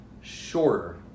shorter